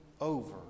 over